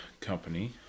company